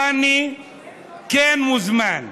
רני כן מוזמן.